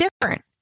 different